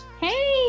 Hey